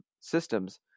systems